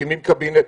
מקימים קבינט,